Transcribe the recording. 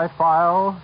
file